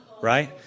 Right